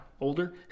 Older